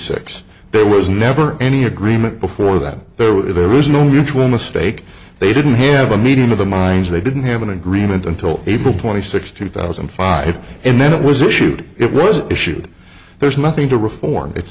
six there was never any agreement before that there were there was no mutual mistake they didn't have a meeting of the minds they didn't have an agreement until april twenty sixth two thousand and five and then it was issued it was issued there is nothing to reform it